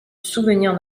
souvenir